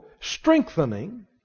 Strengthening